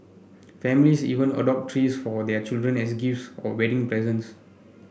families even adopt trees for their children as gifts or wedding presents